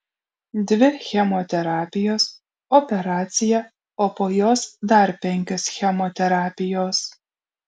dvi chemoterapijos operacija o po jos dar penkios chemoterapijos